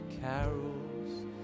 carols